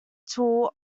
tool